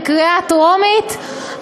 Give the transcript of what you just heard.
בקריאה טרומית,